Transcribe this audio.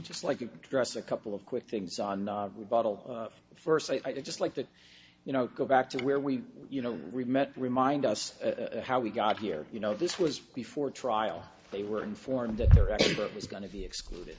just like you dress a couple of quick things on the bottle first i just like that you know go back to where we you know remember remind us how we got here you know this was before trial they were informed that their record was going to be excluded